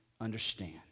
understand